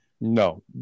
No